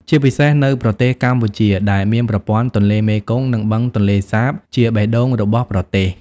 ជាពិសេសនៅប្រទេសកម្ពុជា ដែលមានប្រព័ន្ធទន្លេមេគង្គ និងបឹងទន្លេសាបជាបេះដូងរបស់ប្រទេស។